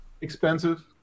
Expensive